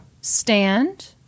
stand